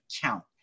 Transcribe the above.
count